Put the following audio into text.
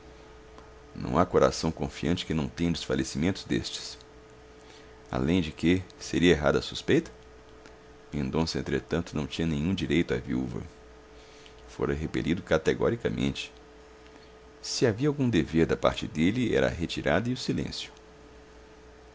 não há coração confiante que não tenha desfalecimentos destes além de que seria errada a suspeita mendonça entretanto não tinha nenhum direito à viúva fora repelido categoricamente se havia algum dever da parte dele era a retirada e o silêncio